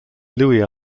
louis